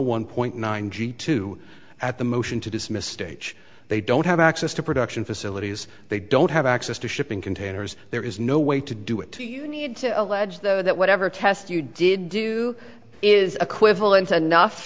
one point nine g two at the motion to dismiss stage they don't have access to production facilities they don't have access to shipping containers there is no way to do it do you need to allege though that whatever test you did do is equivalent to